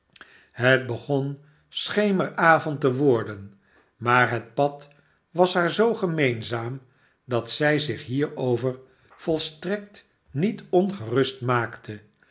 het begon schemeravond te worden maar het pad was haar zoo gemeenzaam dat zij zich hierover volstrekt niet ongerust maakte